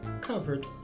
covered